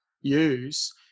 use